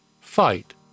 fight